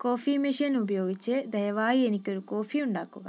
coffee machine ഉപയോഗിച്ച് ദയവായി എനിക്കൊരു കോഫി ഉണ്ടാക്കുക